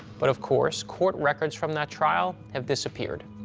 but of course, court records from that trial, have disappeared.